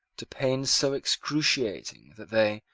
to pains so excruciating that they,